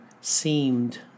seemed